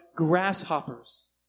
grasshoppers